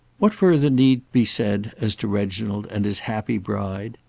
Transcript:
what further need be said as to reginald and his happy bride?